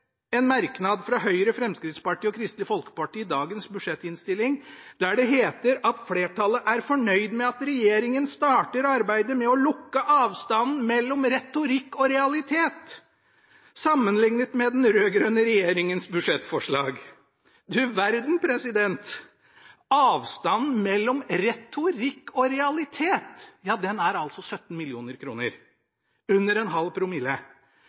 en merknad fra Høyre, Fremskrittspartiet og Kristelig Folkeparti i dagens budsjettinnstilling der det heter at flertallet er «fornøyd med at regjeringen starter arbeidet med å lukke avstanden mellom retorikk og realitet sammenliknet med den rød-grønne regjeringens budsjettforslag». Du verden! Avstanden mellom retorikk og realitet er altså 17 mill. kr – under 0,5 promille.